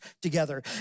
together